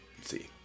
see